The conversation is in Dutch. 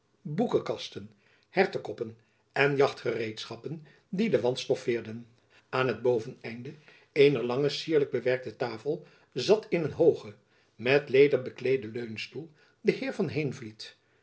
boekekasten hertekoppen en jachtgereedschappen die den wand stoffeerden aan het boveneinde eener lange cierlijk gewerkte tafel zat in een hoogen met leder bekleeden leunstoel de heer van heenvliet